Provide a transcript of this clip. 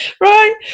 right